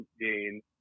gain